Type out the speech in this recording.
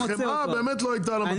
לעומת זאת, חמאה, באמת לא הייתה המדפים.